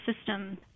system